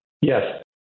Yes